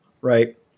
Right